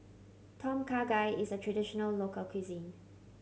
Tom Kha Gai is a traditional local cuisine